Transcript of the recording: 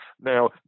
Now